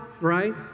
right